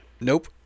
nope